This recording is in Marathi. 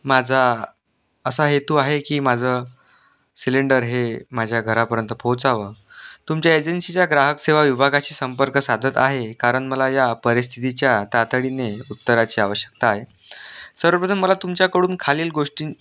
माझा असा हेतू आहे की माझं सिलेंडर हे माझ्या घरापर्यंत पोहोचावं तुमच्या एजन्सीच्या ग्राहक सेवा विभागाशी संपर्क साधत आहे कारण मला या परिस्थितीच्या तातडीने उत्तराची आवश्यकता आहे सर्वप्रथम मला तुमच्याकडून खालील गोष्टी